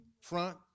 front